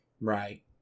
Right